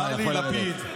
יכול לרדת.